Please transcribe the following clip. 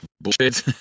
bullshit